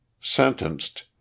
Sentenced